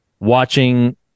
watching